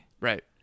Right